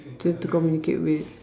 to to communicate with